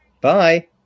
Bye